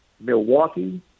Milwaukee